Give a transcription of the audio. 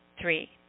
Three